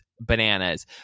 bananas